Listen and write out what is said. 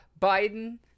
Biden